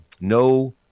no